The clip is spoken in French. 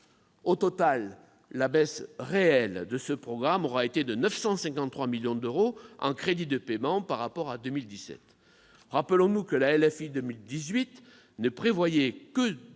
Au total, la baisse réelle de ce programme aura été de 953 millions d'euros en crédits de paiement par rapport à 2017. Rappelons-nous que la loi de finances